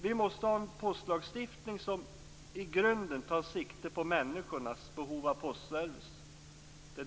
Vi måste ha en postlagstiftning som i grunden tar sikte på människornas behov av postservice.